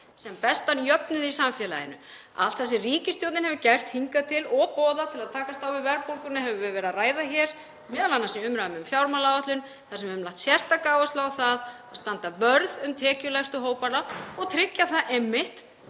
sem best jöfnuð í samfélaginu. Allt það sem ríkisstjórnin hefur gert hingað til og boðað til að takast á við verðbólguna höfum við verið að ræða hér, m.a. í umræðum um fjármálaáætlun þar sem við höfum lagt sérstaka áherslu á að standa vörð um tekjulægstu hópana og tryggja það einmitt